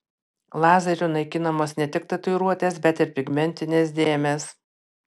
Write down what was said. lazeriu naikinamos ne tik tatuiruotės bet ir pigmentinės dėmės